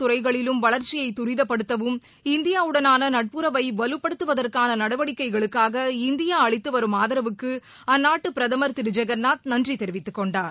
துறைகளிலும் வளர்ச்சியை தரிதப்படுத்தவும் இந்தியாவுடனான அனைத்து நட்புறவை வலுப்படுத்துவதற்கான நடவடிக்கைகளுக்காக இந்தியா அளித்துவரும் ஆதரவுக்கு அந்நாட்டு பிரதம் திரு ஜெகநாத் நன்றி தெரிவித்துக் கொண்டார்